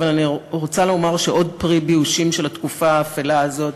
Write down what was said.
אבל אני רוצה לומר שעוד פרי באושים של התקופה האפלה הזאת,